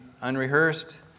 unrehearsed